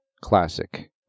Classic